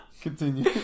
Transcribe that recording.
Continue